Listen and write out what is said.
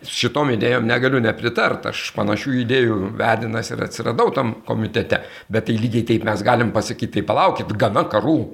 šitom idėjom negaliu nepritart aš panašių idėjų vedinas ir atsiradau tam komitete bet tai lygiai taip mes galim pasakyt tai palaukit gana karų